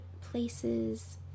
places